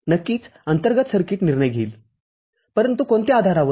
नक्कीच अंतर्गत सर्किट निर्णय घेईल परंतु कोणत्या आधारावर